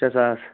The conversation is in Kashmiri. شےٚ ساس